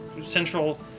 central